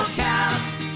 cast